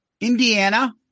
Indiana